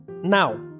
Now